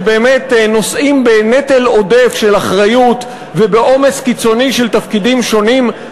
שבאמת נושאים באמת בנטל עודף של אחריות ובעומס קיצוני של תפקידים שונים,